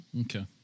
Okay